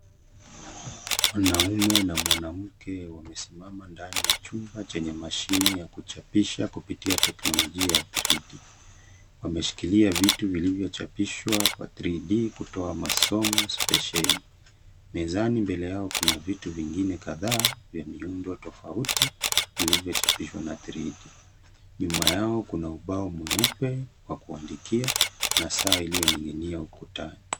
Wanaume na mwanamke wamesimama ndani ya chumba chenye mashini yaku chapisha kupitia teknolojia ya 3D . Wameshikilia vitu vilivyo chapishwa kwa 3D kutoa ma songs spesheli. Mezani mbele yao kuna vitu zingine kadhaa vya miundo tofauti vilvyo chapishwa na 3D. Nyuma yao kuna ubao mweupe wa kuandikia na saa iliyo ninginia ukutani.